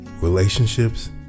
relationships